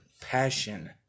passion